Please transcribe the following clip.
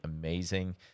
amazing